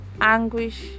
anguish